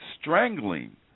strangling